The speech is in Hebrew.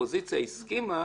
האופוזיציה הסכימה